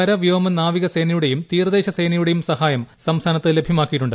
കര വ്യോമ നാവിക സേനയുടെയും തീരദേശ സേനയുടെയും സഹായം സംസ്ഥാനത്ത് ലഭ്യമാക്കിയിട്ടുണ്ട്